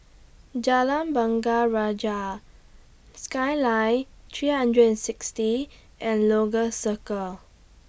Jalan Bunga Raya Skyline three hundred and sixty and Lagos Circle